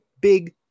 big